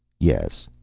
yes,